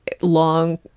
long